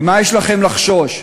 ממה יש לכם לחשוש?